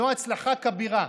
זו הצלחה כבירה.